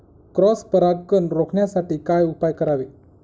Cross परागकण रोखण्यासाठी काय उपाय करावे?